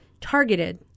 targeted